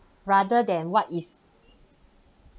rather than what is